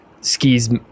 Skis